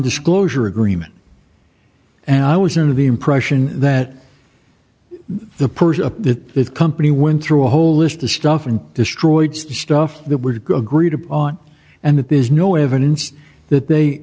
disclosure agreement and i was in the impression that the person of the company went through a whole list of stuff and destroyed stuff that would go agreed upon and that there's no evidence that they